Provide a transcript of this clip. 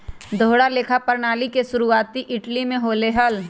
दोहरा लेखा प्रणाली के शुरुआती इटली में होले हल